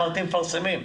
אמרתי שמפרסמים.